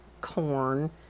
corn